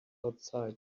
outside